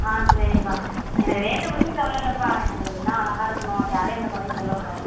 ஆ சரிப்பா எனக்கு ரேட்டை பற்றி கவலை இல்லைப்பா எனக்கு எல்லாம் அழகாக இருக்கணும் யாரும் எந்தக் குறையும் சொல்லக்கூடாது